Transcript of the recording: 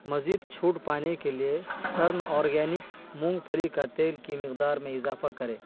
مزید چھوٹ پانے کے لیے ترن آرگینک مونگ پھلی کا تیل کی مقدار میں اضافہ کرے